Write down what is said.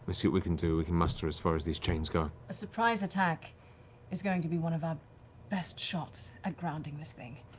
we'll see what we can do, we can muster as far as these chains go. laura a surprise attack is going to be one of our best shots at grounding this thing.